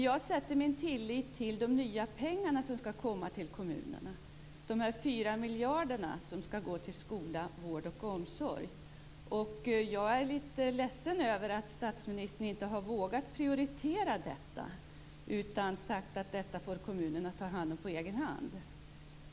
Jag sätter min tillit till de nya pengar som skall komma till kommunerna, de 4 miljarderna, som skall gå till skola, vård och omsorg. Jag är litet ledsen över att statsministern inte har vågat prioritera detta utan sagt att kommunerna får sköta detta på egen hand.